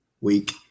week